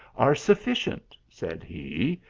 are sufficient, said he,